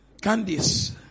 candies